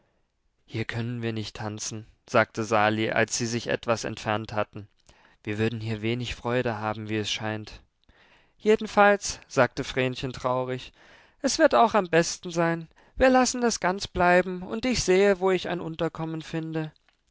hier können wir nicht tanzen sagte sali als sie sich etwas entfernt hatten wir würden hier wenig freude haben wie es scheint jedenfalls sagte vrenchen traurig es wird auch am besten sein wir lassen es ganz bleiben und ich sehe wo ich ein unterkommen finde